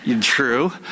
True